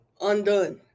undone